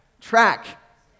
track